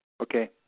Okay